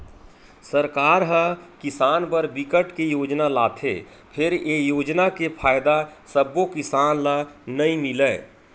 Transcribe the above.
सरकार ह किसान बर बिकट के योजना लाथे फेर ए योजना के फायदा सब्बो किसान ल नइ मिलय